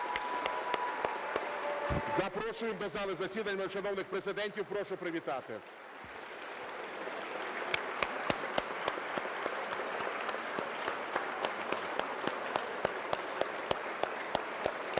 Запрошуємо до зали засідань шановних президентів. Прошу привітати.